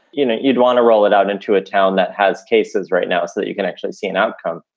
you know you'd want to roll it out into a town that has cases right now so that you can actually see an outcome.